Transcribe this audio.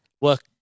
work